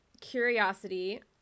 curiosity